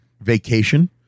Vacation